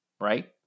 right